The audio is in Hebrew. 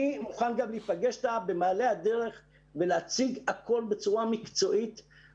אני מוכן גם להיפגש אתה במעלה הדרך ולהציג הכול בצור המקצועית.